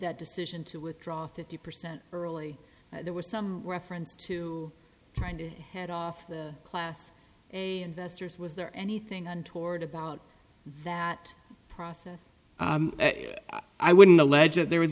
that decision to withdraw fifty percent early there was some reference to trying to head off the class investors was there anything untoward about that process i wouldn't alleges there was